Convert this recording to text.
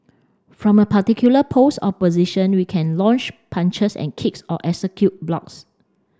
from a particular pose or position we can launch punches and kicks or execute blocks